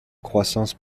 croissance